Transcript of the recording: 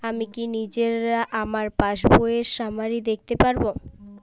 আমি কি নিজেই আমার পাসবইয়ের সামারি দেখতে পারব?